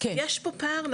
יש פה פער,